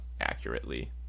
accurately